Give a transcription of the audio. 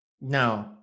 No